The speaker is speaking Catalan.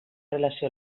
relació